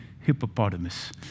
hippopotamus